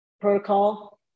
protocol